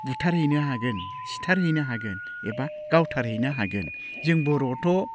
बुथारहैनो हागोन सिथारहैनो हागोन एबा गावथारहैनो हागोन जों बर'आवथ'